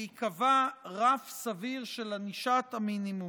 והיא קבעה רף סביר של ענישת המינימום.